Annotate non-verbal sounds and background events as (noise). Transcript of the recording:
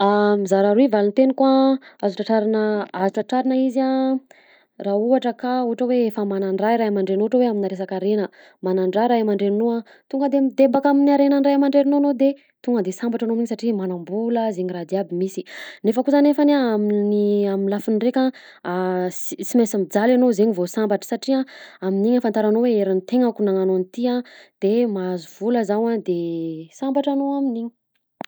(hesitation) Mizara roy valiteniko azo tratrarina azo tratrarina izy a raha ohatra ka ohatra hoe efa manandraha ray aman-drenao ohatra hoe amin'ny resaka harena manandraha ray aman-drenao a tonga de midebaka amin'ny harenan'ny ray aman-drenao enao de tonga de sambatra anao amin'iny satria hoe manam-bola zegny raha jiaby misy, nefa kosa nefany amin'ny lafiny raika a sy sy maintsy mijaly anao zegny vao sambatra satria amin'iny ahafataranao herin'ny tenako nagnano an'ity a de mahazo vola zao a de sambatra anao amin'iny.